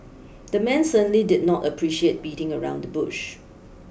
the man certainly did not appreciate beating around the bush